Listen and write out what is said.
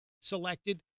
selected